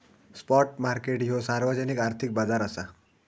spot market ह्यो सार्वजनिक आर्थिक बाजार असा